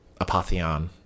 Apotheon